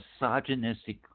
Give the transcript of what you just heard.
misogynistic